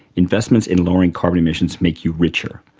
investments in lowering carbon emissions make you richer?